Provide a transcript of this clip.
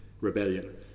rebellion